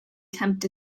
tempt